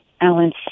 Alan